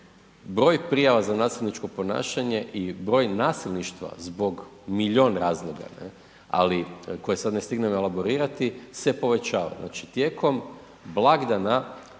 broj prijava za nasilničko ponašanje i broj nasilništva zbog milijun razloga ne, ali koje sam ne stignem elaborirati, se povećava, znači tijekom blagdana